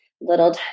little